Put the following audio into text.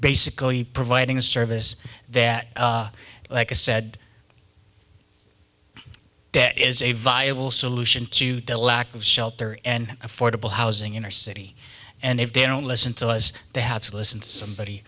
basically providing a service that like a said debt is a viable solution to the lack of shelter and affordable housing in our city and if they don't listen to was they have to listen to somebody